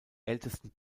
ältesten